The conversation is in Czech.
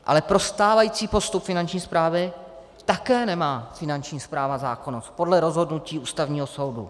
Ale pro stávající postup Finanční správy také nemá Finanční správa zákonnost podle rozhodnutí Ústavního soudu.